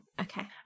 Okay